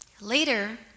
Later